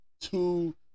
two